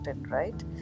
right